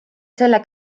selle